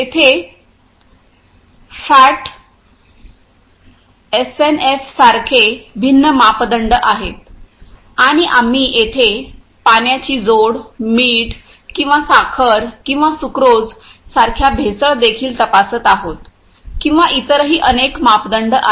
तेथे फॅट एसएनएफसारखे भिन्न मापदंड आहेत आणि आम्ही येथे पाण्याची जोड मिठ किंवा साखर किंवा सुक्रोज सारख्या भेसळ देखील तपासत आहोत किंवा इतरही अनेक मापदंड आहेत